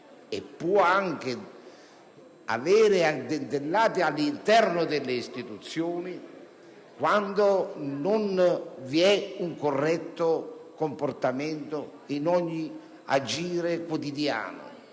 e può anche avere addentellati all'interno delle istituzioni quando non vi è un corretto comportamento in ogni agire quotidiano,